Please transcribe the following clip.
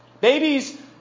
Babies